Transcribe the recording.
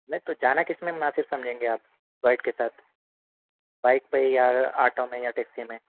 نہیں تو جانا کس میں مناسب سمجھیں گے آپ گائڈ کے ساتھ بائک پہ یا آٹو میں یا ٹیکسی میں